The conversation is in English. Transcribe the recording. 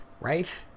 Right